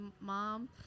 mom